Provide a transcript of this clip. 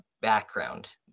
background